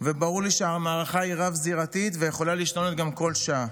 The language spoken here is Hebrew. וברור לי שהמערכה היא רב-זירתית ויכולה להשתנות גם כל שעה.